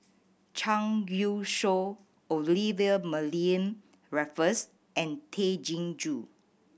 Zhang Youshuo Olivia Mariamne Raffles and Tay Chin Joo